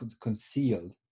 concealed